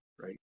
right